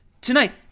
tonight